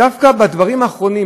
דווקא בדברים האחרונים,